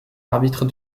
arbitre